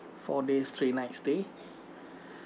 four days three nights stay